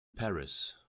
paris